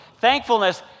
Thankfulness